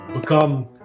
become